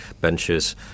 benches